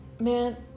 Man